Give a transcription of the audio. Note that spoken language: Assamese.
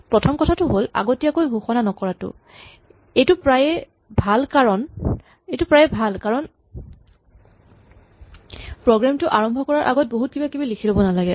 প্ৰথম কথাটো হ'ল আগতীয়াকৈ ঘোষণা নকৰাটো এইটো প্ৰায়ে ভাল কাৰণ প্ৰগ্ৰেম টো আৰম্ভ কৰাৰ আগত বহুত কিবা কিবি লিখি ল'ব নালাগে